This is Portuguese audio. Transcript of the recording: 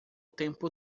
tempo